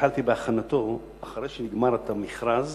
התחלתי בהכנתו אחרי שנגמר המכרז